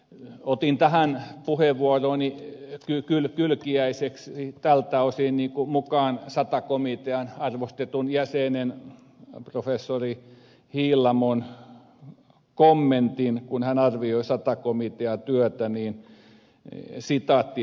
ja otin tähän puheenvuorooni kylkiäiseksi tältä osin mukaan sata komitean arvostetun jäsenen professori hiilamon kommentin kun hän arvioi sata komitean työtä